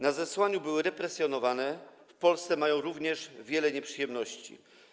Na zesłaniu były represjonowane, w Polsce mają również wiele nieprzyjemności.